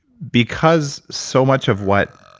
because so much of what